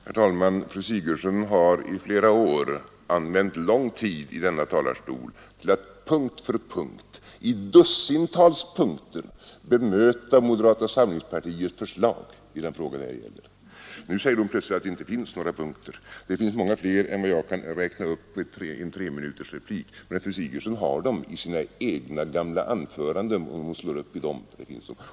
Herr talman! Fru Sigurdsen har i flera år använt lång tid i denna talarstol till att punkt för punkt, i dussintals punkter, bemöta moderata samlingspartiets förslag i den fråga det här gäller. Nu säger hon plötsligt att det inte finns några punkter. Jo, det finns många fler punkter än vad jag kan räkna upp i en treminutersreplik, och fru Sigurdsen har dem i sina egna gamla anföranden; det finner hon om hon slår upp dem.